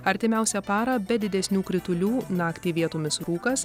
artimiausią parą be didesnių kritulių naktį vietomis rūkas